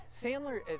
sandler